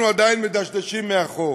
אנחנו עדיין מדשדשים מאחור,